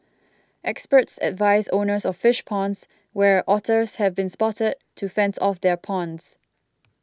experts advise owners of fish ponds where otters have been spotted to fence off their ponds